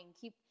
keep